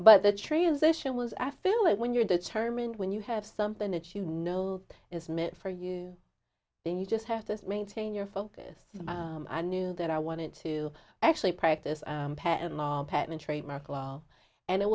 but the transition was i feel that when you're determined when you have something that you know is meant for you then you just have to maintain your focus i knew that i wanted to actually practice